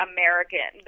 American